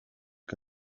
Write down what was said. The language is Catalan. que